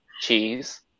cheese